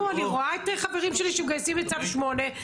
אני רואה את חברים שלי שמתגייסים בצו שמונה,